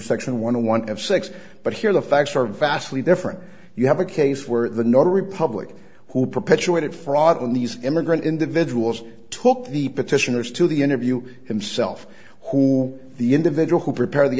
section one hundred one of six but here the facts are vastly different you have a case where the notary public who perpetuated fraud on these immigrant individuals took the petitioners to the interview himself who the individual who prepared the